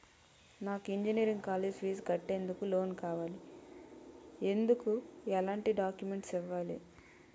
నాకు engineering college fee కట్టేందుకు loan కావాలి, ఎందుకు ఎలాంటి డాక్యుమెంట్స్ ఇవ్వాలి?